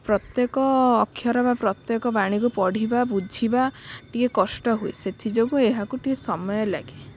ପ୍ରତ୍ୟେକ ଅକ୍ଷର ବା ପ୍ରତ୍ୟେକ ବାଣୀକୁ ପଢ଼ିବା ବୁଝିବା ଟିକେ କଷ୍ଟ ହୁଏ ସେଥିଯୋଗୁଁ ଏହାକୁ ଟିକେ ସମୟ ଲାଗେ